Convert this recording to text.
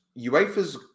UEFA's